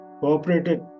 cooperated